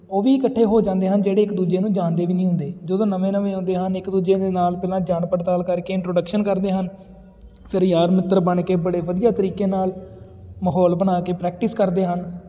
ਉਹ ਵੀ ਇਕੱਠੇ ਹੋ ਜਾਂਦੇ ਹਨ ਜਿਹੜੇ ਇੱਕ ਦੂਜੇ ਨੂੰ ਜਾਣਦੇ ਵੀ ਨਹੀਂ ਹੁੰਦੇ ਜਦੋਂ ਨਵੇਂ ਨਵੇਂ ਆਉਂਦੇ ਹਨ ਇੱਕ ਦੂਜੇ ਦੇ ਨਾਲ ਪਹਿਲਾਂ ਜਾਂਚ ਪੜਤਾਲ ਕਰਕੇ ਇੰਟਰੋਡਕਸ਼ਨ ਕਰਦੇ ਹਨ ਫਿਰ ਯਾਰ ਮਿੱਤਰ ਬਣ ਕੇ ਬੜੇ ਵਧੀਆ ਤਰੀਕੇ ਨਾਲ ਮਾਹੌਲ ਬਣਾ ਕੇ ਪ੍ਰੈਕਟਿਸ ਕਰਦੇ ਹਨ